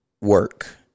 work